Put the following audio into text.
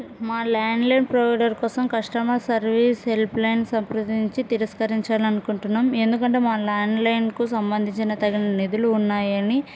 మా landline provider కోసం customer service help line సంప్రదించి తిరస్కరించాలి అనుకుంటున్నాం ఎందుకంటే మా ల్యాండ్లైన్కు సంబంధించిన తగిన నిధులు ఉన్నాయని